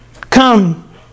come